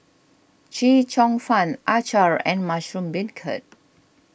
Chee Cheong Fun Acar and Mushroom Beancurd